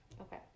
Okay